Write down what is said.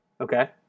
Okay